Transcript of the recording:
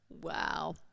wow